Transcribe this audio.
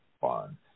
fun